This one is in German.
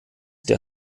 der